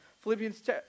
Philippians